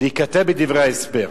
להיכתב בדברי ההסבר.